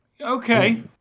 Okay